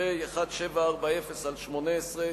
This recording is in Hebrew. פ/1740/18,